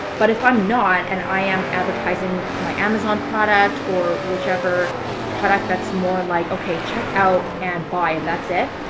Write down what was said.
but if i am not, and i am advertising my amazon product or whichever product that's more like, okay, check out and buy, and that's it.